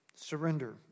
Surrender